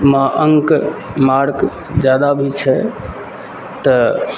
अङ्क मार्क जादा भी छै तऽ